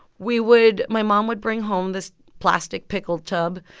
we would my mom would bring home this plastic pickle tub.